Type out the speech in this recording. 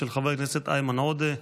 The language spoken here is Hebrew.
של חבר הכנסת איימן עודה,